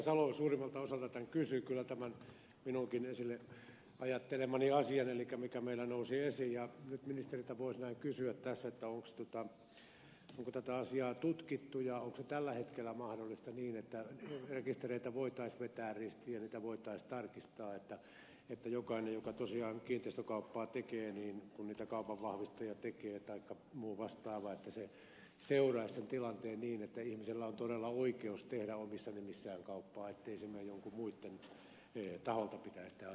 salo suurimmalta osalta kysyi kyllä tämän minunkin esille ajattelemani asian mikä meillä nousi esiin ministeriltä voisi näin kysyä tässä onko tätä asiaa tutkittu ja onko se tällä hetkellä mahdollista niin että rekistereitä voitaisiin vetää ristiin ja niitä voitaisiin tarkistaa että jokainen joka tosiaan kiinteistökauppaa tekee kun niitä kauppoja kaupanvahvistaja tekee taikka muu vastaava seuraisi sen tilanteen niin että ihmisellä on todella oikeus tehdä omissa nimissään kauppaa ettei se mene niin että joidenkuiden muiden pitäisi tämä asia hoitaa